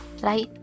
right